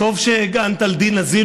טוב שהגנת על דינה זילבר.